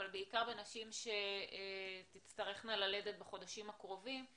אבל בעיקר בנשים שתצטרכנה ללדת בחודשים הקרובים.